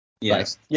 Yes